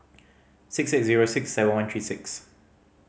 six eight zero six seven one three six